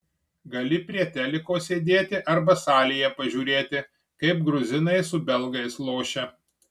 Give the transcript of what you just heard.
gali prie teliko sėdėti arba salėje pažiūrėti kaip gruzinai su belgais lošia